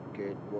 good